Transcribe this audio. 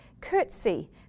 curtsy